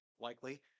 likely